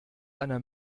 einer